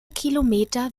kilometer